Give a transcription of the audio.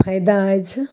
फैदा अछि